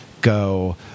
go